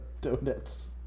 donuts